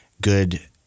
good